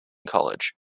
college